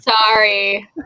Sorry